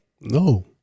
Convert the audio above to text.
No